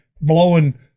blowing